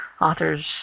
authors